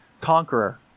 conqueror